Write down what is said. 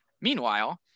Meanwhile